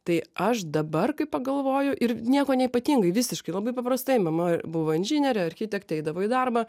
tai aš dabar kaip pagalvoju ir niekuo neypatingai visiškai labai paprastai mama buvo inžinierė architektė eidavo į darbą